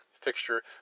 fixture